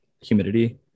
humidity